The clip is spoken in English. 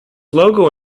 logo